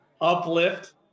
uplift